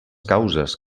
causes